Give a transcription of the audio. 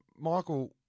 Michael